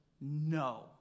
no